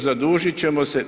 Zadužit ćemo se.